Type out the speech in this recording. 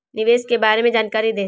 निवेश के बारे में जानकारी दें?